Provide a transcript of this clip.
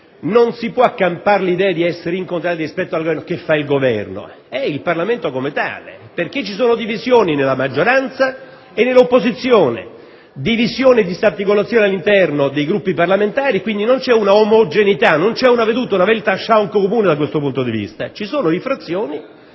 non si può accampare l'idea di essere in contraddizione rispetto a quello che fa il Governo: è il Parlamento come tale, perché ci sono divisioni nella maggioranza e nell'opposizione, divisioni e disarticolazioni all'interno dei Gruppi parlamentari, quindi non c'è una omogeneità di vedute, una *Weltanschauung* comune da questo punto di vista. Ci sono frazioni